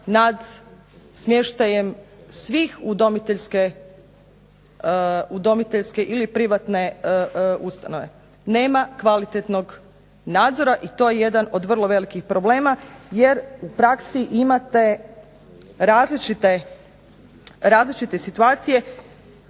nad smještajem svih udomiteljske ili privatne ustanove. Nema kvalitetnog nadzora i to je jedan od vrlo velikih problema. Jer u praksi imate različite situacije